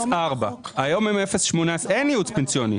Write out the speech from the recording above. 0.4. היום הם 0.18. אין ייעוץ פנסיוני.